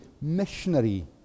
missionary